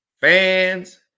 fans